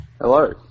Hello